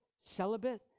celibate